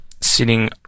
sitting